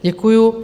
Děkuju.